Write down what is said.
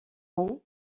rang